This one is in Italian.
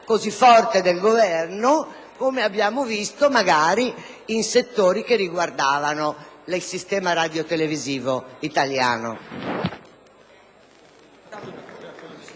così forte come l'abbiamo vista invece in settori che riguardavano il sistema radiotelevisivo italiano.